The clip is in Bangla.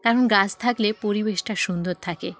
কারণ গাছ থাকলে পরিবেশটা সুন্দর থাকে